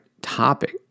topic